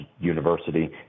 university